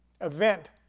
event